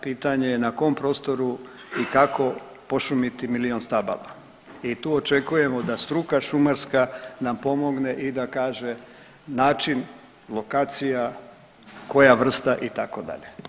Pitanje je n a kom prostoru i kako pošumiti milijun stabala i tu očekujemo da struka šumarska nam pomogne i da kaže način, lokacija, koja vrsta itd.